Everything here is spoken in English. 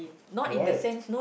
why